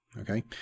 okay